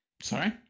Sorry